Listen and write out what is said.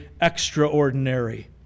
extraordinary